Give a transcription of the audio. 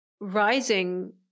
rising